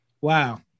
wow